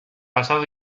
pasado